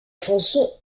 chanson